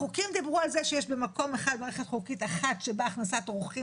החוקים דיברו על זה יש במקום אחד מערכת חוקית אחת שבה הכנסת אורחים